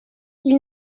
ils